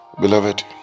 Beloved